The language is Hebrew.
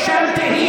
מה אכפת לך?